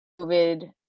COVID